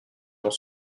dans